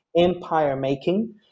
empire-making